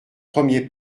premier